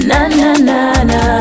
Na-na-na-na